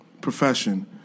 profession